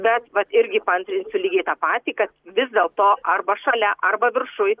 bet vat irgi paantrinsiu lygiai tą patį kad vis dėl to arba šalia arba viršuj